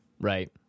Right